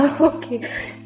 Okay